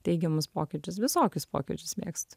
teigiamus pokyčius visokius pokyčius mėgstu